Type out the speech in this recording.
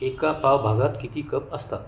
एका पाव भागात किती कप असतात